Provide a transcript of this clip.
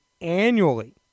annually